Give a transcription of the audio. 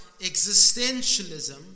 existentialism